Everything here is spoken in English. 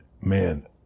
man